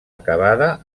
acabada